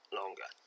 longer